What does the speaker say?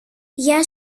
γεια